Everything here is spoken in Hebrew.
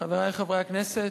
תודה רבה, חברי חברי הכנסת,